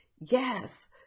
Yes